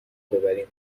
ببریم